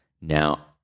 Now